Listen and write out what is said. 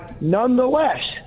nonetheless